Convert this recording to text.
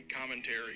Commentary